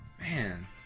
Man